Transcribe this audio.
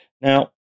Now